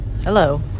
Hello